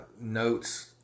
notes